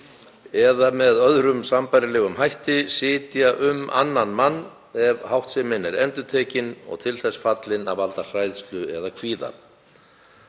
eða með öðrum sambærilegum hætti sitja um annan mann ef háttsemin er endurtekin og til þess fallin að valda hræðslu eða kvíða.